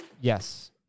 yes